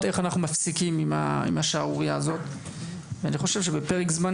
איך אנחנו מפסיקים עם השערורייה הזאת ואני חושב שבפרק זמן